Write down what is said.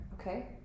okay